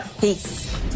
Peace